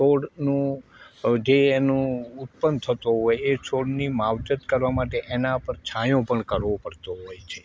છોડનું જે એનું ઉત્પન્ન થતો હોય એ છોડની માવજત કરવા માટે એના પર છાંયો પર કરવો પડતો હોય છે